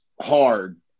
hard